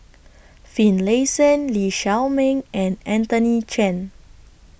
Finlayson Lee Shao Meng and Anthony Chen